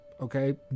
okay